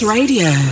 Radio